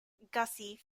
gussie